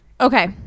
Okay